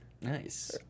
Nice